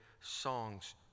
songs